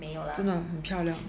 真的很漂亮